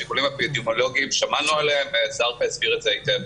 את השיקולים האפידמיולוגיים שמענו וזרקא הסביר אותם היטב.